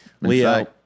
Leo